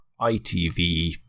ITV